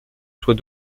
soit